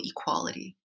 equality